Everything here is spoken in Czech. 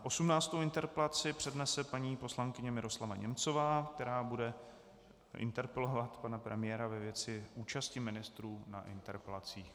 Osmnáctou interpelaci přednese paní poslankyně Miroslava Němcová, která bude interpelovat pana premiéra ve věci účasti ministrů na interpelacích.